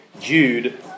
Jude